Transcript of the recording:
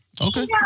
okay